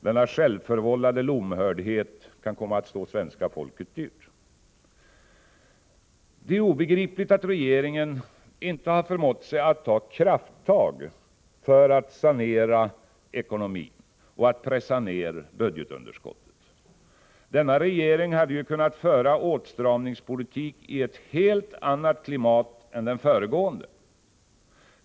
Denna självförvållade lomhördhet kan komma att stå svenska folket dyrt. Det är obegripligt att regeringen inte förmått sig att ta krafttag för att sanera ekonomin och pressa ned budgetunderskottet. Denna regering har ju kunnat föra åtstramningspolitik i ett helt annat klimat än den föregående.